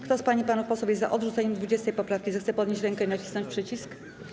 Kto z pań i panów posłów jest za odrzuceniem 20. poprawki, zechce podnieść rękę i nacisnąć przycisk.